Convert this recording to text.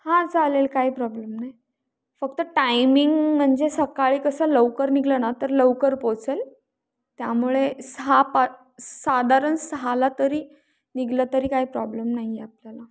हां चालेल काही प्रॉब्लेम नाही फक्त टायमिंग म्हणजे सकाळी कसं लवकर निघालं ना तर लवकर पोहचेल त्यामुळे सहा पा साधारण सहाला तरी निघालं तरी काही प्रॉब्लेम नाही आहे आपल्याला